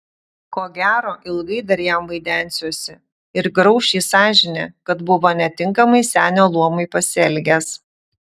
ko gero ilgai dar jam vaidensiuosi ir grauš jį sąžinė kad buvo netinkamai senio luomui pasielgęs